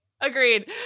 agreed